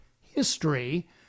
history